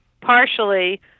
partially